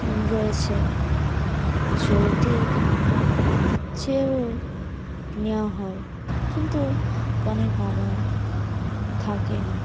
রয়েছে যৌতুক চেয়েও নেওয়া হয় কিন্তু কনের বাবার থাকে না